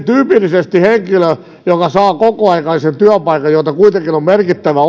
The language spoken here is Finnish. tyypillisesti henkilön joka saa kokoaikaisen työpaikan joita kuitenkin on on merkittävä